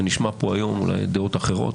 ונשמע פה היום אולי דעות אחרות,